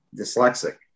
dyslexic